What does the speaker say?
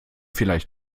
vielleicht